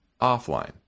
offline